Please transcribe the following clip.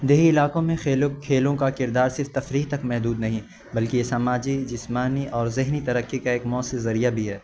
دیہی علاقوں میں خیلوں کھیلوں کا کردار صرف تفریح تک محدود نہیں بلکہ یہ سماجی جسمانی اور ذہنی ترقی کا ایک مؤثر ذریعہ بھی ہے